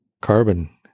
carbon